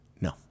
No